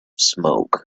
smoke